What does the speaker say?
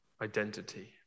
identity